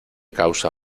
causa